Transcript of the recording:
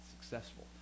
successful